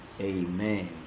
Amen